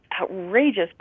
outrageous